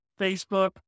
Facebook